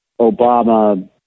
Obama